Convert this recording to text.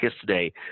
today